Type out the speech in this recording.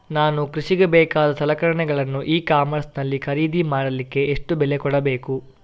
ನಾನು ಕೃಷಿಗೆ ಬೇಕಾದ ಸಲಕರಣೆಗಳನ್ನು ಇ ಕಾಮರ್ಸ್ ನಲ್ಲಿ ಖರೀದಿ ಮಾಡಲಿಕ್ಕೆ ಎಷ್ಟು ಬೆಲೆ ಕೊಡಬೇಕು?